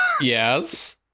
Yes